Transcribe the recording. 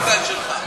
שלך.